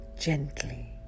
gently